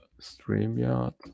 StreamYard